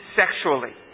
sexually